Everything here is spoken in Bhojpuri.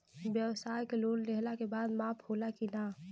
ब्यवसाय के लोन लेहला के बाद माफ़ होला की ना?